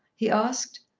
he asked.